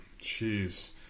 Jeez